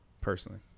personally